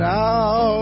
now